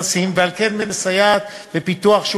עברה בקריאה ראשונה ותועבר לדיון בוועדת החוקה,